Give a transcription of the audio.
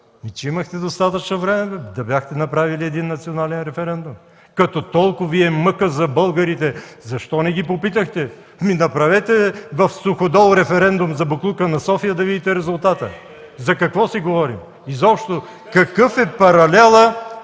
Ами, имахте достатъчно време, да бяхте направили един национален референдум. Като толкова Ви е мъка за българите, защо не ги попитахте? Направете в Суходол референдум за боклука на София, да видите резултата. (Шум и реплики от ГЕРБ.) За какво си говорим? Изобщо какъв е паралелът